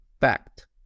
fact